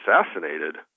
assassinated